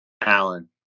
Allen